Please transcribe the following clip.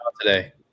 today